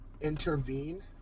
intervene